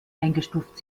eingestuft